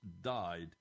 died